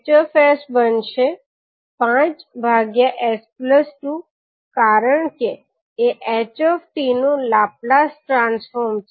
𝐻𝑠 બનશે 5s2 કારણ કે એ ℎ𝑡 નું લાપ્લાસ ટ્રાન્સફોર્મ છે